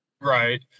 Right